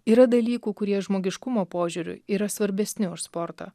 yra dalykų kurie žmogiškumo požiūriu yra svarbesni už sportą